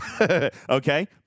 Okay